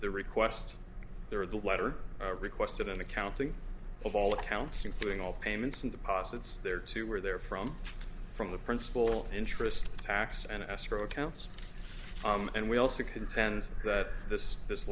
the request or the letter requested an accounting of all accounts including all payments and deposits there to where they're from from the principal interest tax and escrow accounts and we also contend that this this